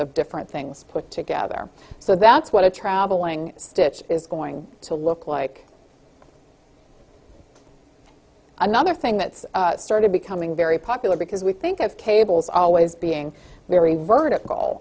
of different things put together so that's what a travelling stitch is going to look like another thing that's started becoming very popular because we think of cables always being very vertical